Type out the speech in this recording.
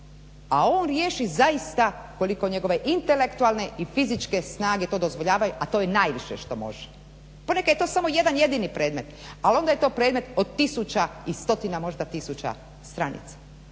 a on riješi zaista koliko njegove intelektualne i fizičke snage to dozvoljavaju a to je najviše što može. Ponekad je to samo jedan jedini predmet al onda je to predmet od tisuća i stotina možda tisuća stranica.